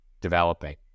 developing